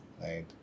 right